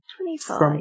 Twenty-five